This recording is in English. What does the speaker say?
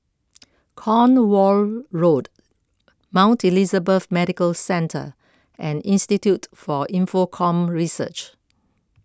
Cornwall Road Mount Elizabeth Medical Centre and Institute for Infocomm Research